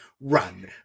run